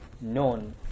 known